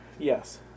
Yes